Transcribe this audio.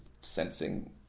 sensing